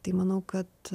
tai manau kad